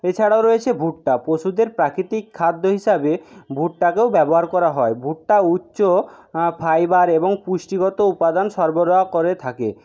এছাড়াও রয়েছে ভুট্টা পশুদের প্রাকৃতিক খাদ্য হিসাবে ভুট্টাকেও ব্যবহার করা হয় ভুট্টা উচ্চ ফাইবার এবং পুষ্টিগত উপাদান সরবরাহ করে থাকে